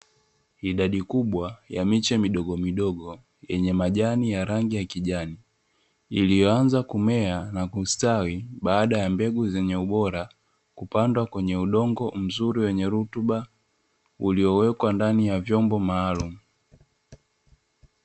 Idadi kubwa ya miche midogomidogo yenye majani ya rangi ya kijani, iliyoanza kumea na kustawi baada ya mbegu zenye ubora kupandwa kwenye udongo mzuri wenye rutuba, uliowekwa ndani ya vyombo maalumu.